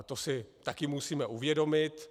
To si také musíme uvědomit.